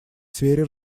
сфере